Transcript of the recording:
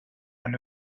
when